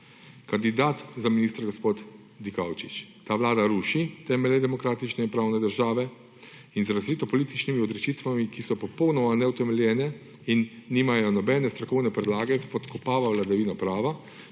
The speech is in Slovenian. Kandidat za ministra, gospod Dikaučič, ta Vlada ruši temelje demokratične in pravne države in z izrazito političnimi odločitvami, ki so popolnoma neutemeljene in nimajo nobene strokovne podlage, izpodkopava vladavino prava,